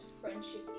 friendship